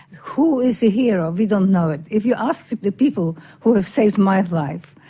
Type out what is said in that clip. who is a hero? we don't know it. if you asked the people who have saved my life,